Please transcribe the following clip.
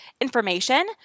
information